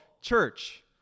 Church